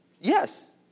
Yes